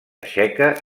txeca